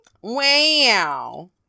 wow